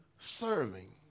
serving